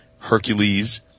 Hercules